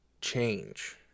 change